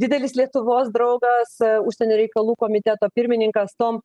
didelis lietuvos draugas užsienio reikalų komiteto pirmininkas tom